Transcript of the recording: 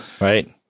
right